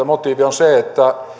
motiivi on se